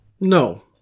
No